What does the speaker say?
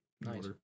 Nice